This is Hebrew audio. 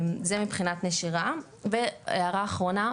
זה מבחינת נשירה הערה אחרונה,